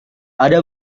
ada